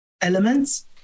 elements